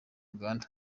uganda